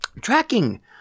tracking